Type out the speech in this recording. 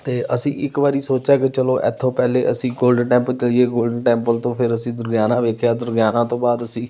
ਅਤੇ ਅਸੀਂ ਇੱਕ ਵਾਰੀ ਸੋਚਿਆ ਕਿ ਚਲੋ ਇੱਥੋਂ ਪਹਿਲੇ ਅਸੀਂ ਗੋਲਡਨ ਟੈਂਪਲ ਜਾਈਏ ਗੋਲਡਨ ਟੈਂਪਲ ਤੋਂ ਫਿਰ ਅਸੀਂ ਦੁਰਗਿਆਣਾ ਦੇਖਿਆ ਦੁਰਗਿਆਣਾ ਤੋਂ ਬਾਅਦ ਅਸੀਂ